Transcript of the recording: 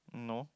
no